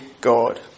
God